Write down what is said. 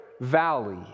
Valley